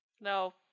No